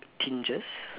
tinges